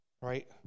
right